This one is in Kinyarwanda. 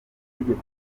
tegeko